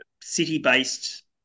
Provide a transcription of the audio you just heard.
city-based